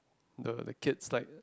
the the kids like